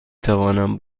توانم